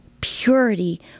purity